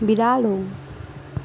बिरालो